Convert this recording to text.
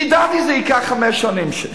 ידעתי שזה ייקח חמש שנים,